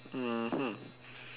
mmhmm